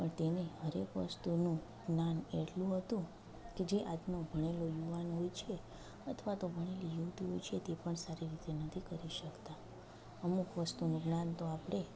પણ તેને હર એક વસ્તુઓનું જ્ઞાન એટલું હતું કે જે આજનો ભણેલો યુવાન હોય છે અથવા તો ભણેલી યુવતીઓ છે તે પણ સારી રીતે નથી કરી શકતાં અમુક વસ્તુનું જ્ઞાન તો આપણે